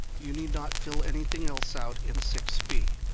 you need not fill anything else out in six b.